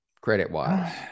credit-wise